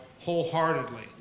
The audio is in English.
wholeheartedly